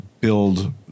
build